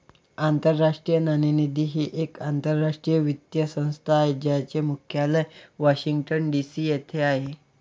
आंतरराष्ट्रीय नाणेनिधी ही एक आंतरराष्ट्रीय वित्तीय संस्था आहे ज्याचे मुख्यालय वॉशिंग्टन डी.सी येथे आहे